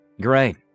Great